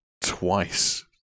twice